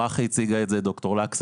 כמו מה שהציגו ברכי ודוקטור אירית,